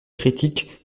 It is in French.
critique